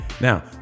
now